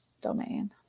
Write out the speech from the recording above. domain